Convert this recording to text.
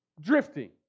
Drifting